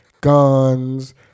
guns